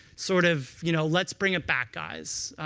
sort of you know let's bring it back, guys.